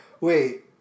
Wait